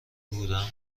بودم